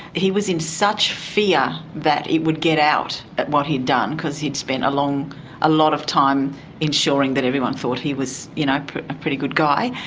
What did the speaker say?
he was in such fear that it would get out, what he'd done, because he'd spent a lot of time ensuring that everyone thought he was you know a pretty good guy,